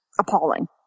appalling